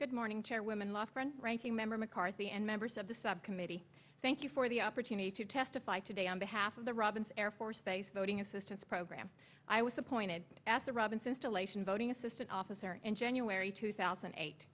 good morning chairwoman lofgren ranking member mccarthy and members of the subcommittee thank you for the opportunity to testify today on behalf of the robins air force base voting assistance program i was appointed as the robinson still ation voting assistant officer and january two thousand and eight